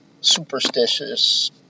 superstitious